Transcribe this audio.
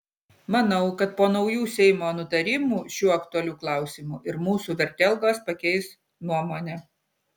manau kad po naujų seimo nutarimų šiuo aktualiu klausimu ir mūsų vertelgos pakeis nuomonę